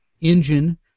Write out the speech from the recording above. engine